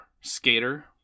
skater